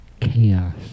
chaos